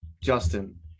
Justin